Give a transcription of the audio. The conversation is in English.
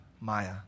Maya